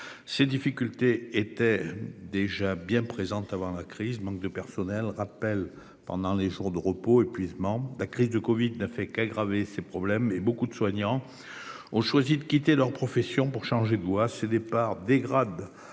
Ces difficultés étaient déjà bien présentes avant la crise : manque de personnel, rappel pendant les jours de repos, épuisement. La crise de la covid-19 n'a fait qu'aggraver ces problèmes et beaucoup de soignants ont ainsi choisi de quitter leur profession pour changer de voie. Ces départs dégradent